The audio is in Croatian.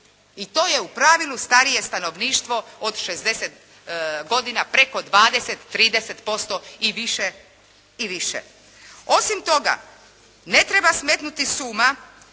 I to je u pravilu starije stanovništvo od 60 godina, preko 20, 30% i više. Osim toga ne treba smetnuti s uma